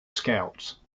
scouts